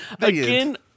Again